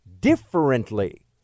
differently